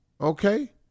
Okay